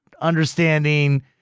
understanding